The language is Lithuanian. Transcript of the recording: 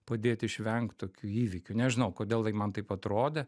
padėti išvengt tokių įvykių nežinau kodėl taip man taip atrodė